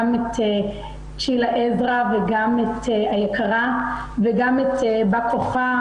את צ'ילה עזרא היקרה וגם את באה כוחה,